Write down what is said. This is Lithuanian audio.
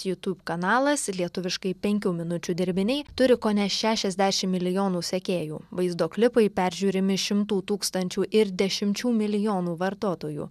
youtube kanalas lietuviškai penkių minučių dirbiniai turi kone šešiasdešim milijonų sekėjų vaizdo klipai peržiūrimi šimtų tūkstančių ir dešimčių milijonų vartotojų